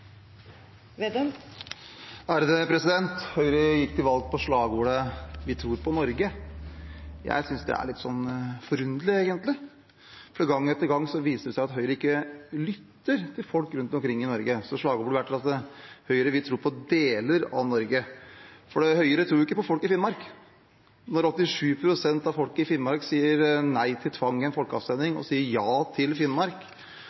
typen jobber fremover. Høyre gikk til valg på slagordet «Vi tror på Norge». Jeg synes det er litt forunderlig, egentlig, for gang etter gang viser det seg at Høyre ikke lytter til folk rundt omkring i Norge. Slagordet burde vært: «Høyre vil tro på deler av Norge». For Høyre tror jo ikke på folk i Finnmark, når 87 pst. av folket i Finnmark i en folkeavstemning sier nei til tvang og ja til Finnmark.